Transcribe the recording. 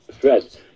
Fred